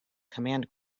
command